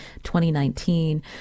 2019